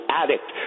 addict